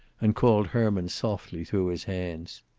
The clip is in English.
and called herman softly through his hands.